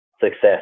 success